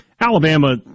Alabama